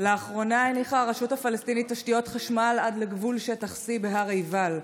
לאחרונה הניחה הרשות הפלסטינית תשתיות חשמל עד לגבול שטח C בהר עיבל.